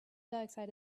dioxide